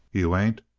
you ain't!